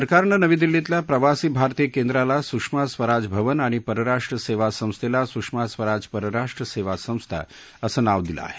सरकारनं नवी दिल्लीतल्या प्रवासी भारतीय केंद्राला सुषमा स्वराज भवन आणि परराष्ट्र सेवा संस्थेला सुषमा स्वराज परराष्ट्र सेवा संस्था असं नाव देण्याचं ठरवलं आहे